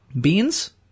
beans